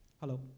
Hello